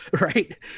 right